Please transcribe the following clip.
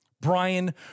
Brian